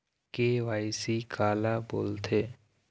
KYC काला बोलथें?